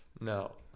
No